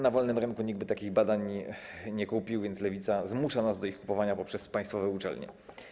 Na wolnym rynku nikt by takich badań nie kupił, więc Lewica zmusza nas do ich kupowania poprzez państwowe uczelnie.